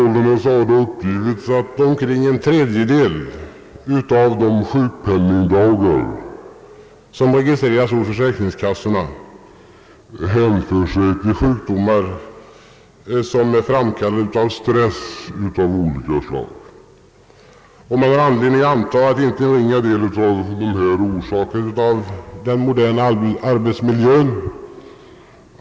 Det har sålunda uppgivits att omkring en tredjedel av de sjukpenningdagar som registrerats hos försäkringskassorna hänför sig till sjukdomar vilka är framkallade av stress. Man har anledning att anta att en inte ringa del av dessa sjukdomar orsakas av den moderna arbetsmiljön.